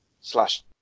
slash